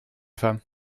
femmes